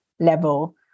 level